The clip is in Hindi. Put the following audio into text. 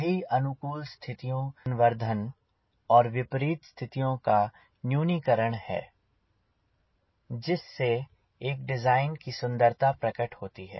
यही अनुकूल स्थितियों का संवर्धन और विपरीत स्थितियों का न्यूनीकरण है जिस से एक डिज़ाइन की सुंदरता प्रकट होती है